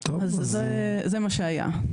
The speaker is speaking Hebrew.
זה מה שהיה.